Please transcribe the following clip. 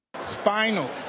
Spinal